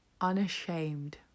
unashamed